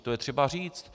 To je třeba říct.